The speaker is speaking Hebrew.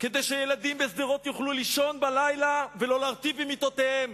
כדי שילדים בשדרות יוכלו לישון בלילה ולא להרטיב במיטותיהם.